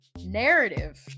narrative